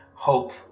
hope